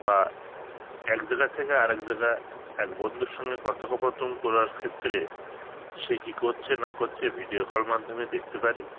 বা এক জায়গার থেকে আরেক জায়গা এক বন্ধুর সঙ্গে কথোপকথন করার ক্ষেত্রে সে কী করছে না করছে ভিডিও কল মাধ্যমে দেখতে পারি